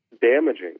damaging